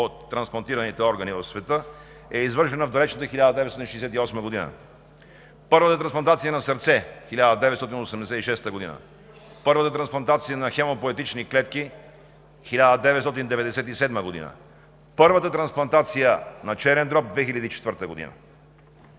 трансплантираните органи в света, е извършена в далечната 1968 г. Първата трансплантация на сърце – 1986 г. Първата трансплантация на хемопоетични клетки – 1997 г. Първата трансплантация на черен дроб – 2004 г.